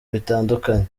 bitandukanye